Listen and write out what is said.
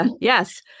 Yes